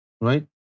right